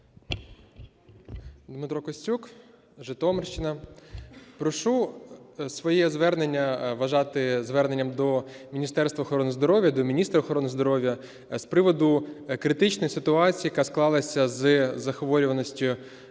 Дмитро Костюк, Житомирщина. Прошу своє звернення вважати зверненням до Міністерства охорони здоров'я, до міністра охорони здоров'я з приводу критичної ситуації, яка склалась із захворюваністю